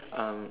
um